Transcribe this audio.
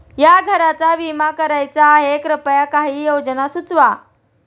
या घराचा विमा करायचा आहे कृपया काही योजना सुचवा